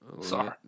Sorry